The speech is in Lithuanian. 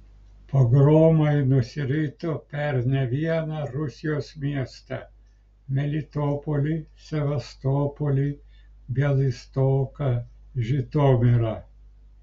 pogromai nusirito per ne vieną rusijos miestą melitopolį sevastopolį bialystoką žitomirą